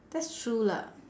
that's true lah